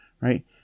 right